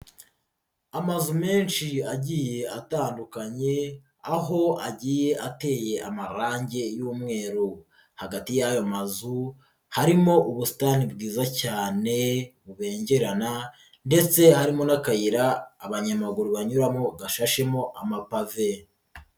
Amazu menshi agiye atandukanye, aho agiye ateye amabange y'umweru hagati y'ayo mazu harimo ubusitani bwiza cyane bubengerana ndetse harimo n'akayira abanyamaguru banyuramo gashashemo amapave.